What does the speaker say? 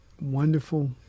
wonderful